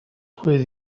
with